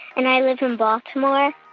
and i live in baltimore.